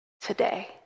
today